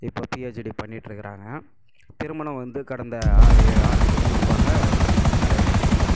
இப்ப பிஹெச்டி பண்ணிட்டிருக்குறாங்க திருமணம் வந்து கடந்த ஆறு ஏழு ஆண்டுகளுக்கு முன்பாக திருமணம் நடைபெற்றது